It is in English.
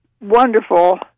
wonderful